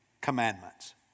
commandments